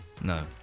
No